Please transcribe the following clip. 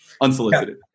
Unsolicited